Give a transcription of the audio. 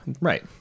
Right